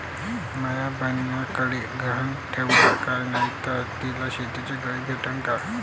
माया बयनीकडे गहान ठेवाला काय नाही तर तिले शेतीच कर्ज भेटन का?